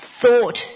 thought